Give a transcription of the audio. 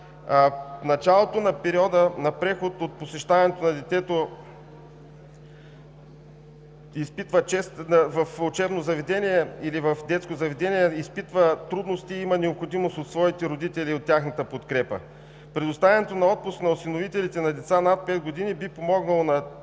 В началото на периода на преход, при посещаването на учебно или детско заведение детето изпитва трудности и има необходимост от своите родители и от тяхната подкрепа. Предоставянето на отпуск на осиновителите на деца над 5 години би помогнало на тези